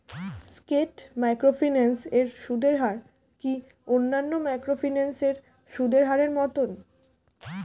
স্কেট microfinance এর সুদের হার কি অন্যান্য মাইক্রোফিন্যান্স এর সুদের হারের মতন?